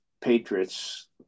patriots